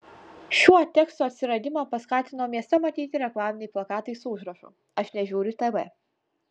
šiuo teksto atsiradimą paskatino mieste matyti reklaminiai plakatai su užrašu aš nežiūriu tv